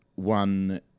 One